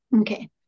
Okay